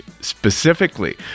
specifically